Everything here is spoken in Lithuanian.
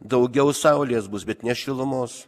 daugiau saulės bus bet ne šilumos